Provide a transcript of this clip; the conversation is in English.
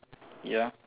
ya